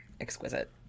exquisite